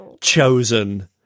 chosen